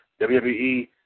WWE